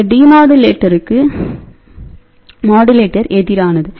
இந்த டிமோடூலேட்டர் மாடுலேட்டருக்கு எதிரானது